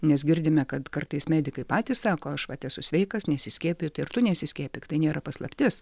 nes girdime kad kartais medikai patys sako aš vat esu sveikas nesiskiepiju tai ir tu nesiskiepyk tai nėra paslaptis